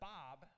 Bob